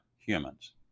humans